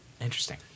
Interesting